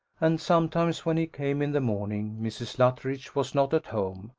and sometimes when he came in the morning mrs. luttridge was not at home,